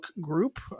group